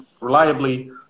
reliably